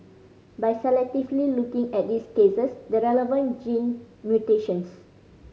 by selectively looking at these cases the relevant gene mutations